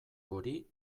hori